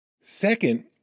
Second